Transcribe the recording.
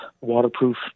waterproof